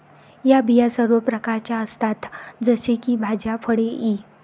या बिया सर्व प्रकारच्या असतात जसे की भाज्या, फळे इ